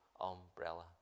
umbrella